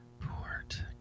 port